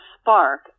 spark